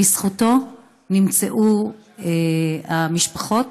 בזכותו נמצאו המשפחות,